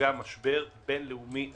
ספגה המשבר בין לאומי אדיר.